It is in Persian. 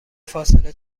فاصله